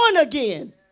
again